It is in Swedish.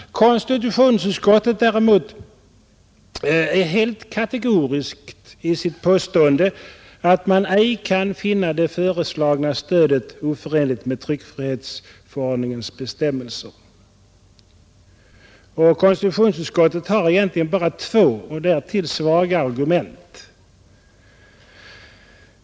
Konstitutionsutskottet däremot är helt kategoriskt i sitt påstående att man ”ej kunnat finna det föreslagna stödet oförenligt med ——— tryckfrihetsförordningens bestämmelser”. Konstitutionsutskottet har egentligen bara två, därtill svaga, argument.